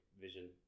vision